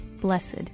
blessed